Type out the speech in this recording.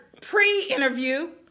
pre-interview